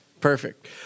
Perfect